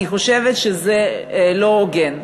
אני חושבת שזה לא הוגן.